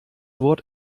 wort